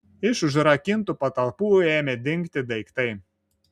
iš užrakintų patalpų ėmė dingti daiktai